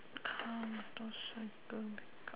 car Mentos make up